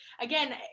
again